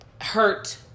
hurt